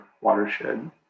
watershed